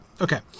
Okay